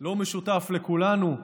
לא משותף לכולנו?